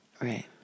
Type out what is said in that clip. right